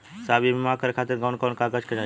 साहब इ बीमा करें खातिर कवन कवन कागज चाही?